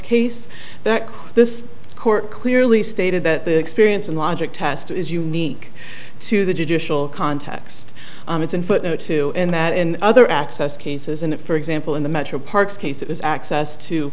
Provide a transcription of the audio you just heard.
case that this court clearly stated that the experience and logic test is unique to the judicial context it's in footnote to and that in other access cases in it for example in the metroparks case it is access to